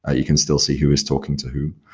ah you can still see who is talking to who.